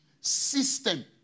system